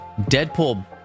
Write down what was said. Deadpool